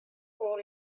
all